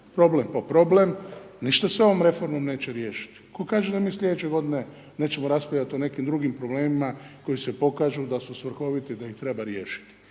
problem po problem, ništa se ovom reformom neće riješiti, tko kaže da mi slijedeće godine nećemo raspravljati o nekakvim drugim problemima koji se pokažu da su svrhoviti, da ih treba riješiti?